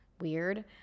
weird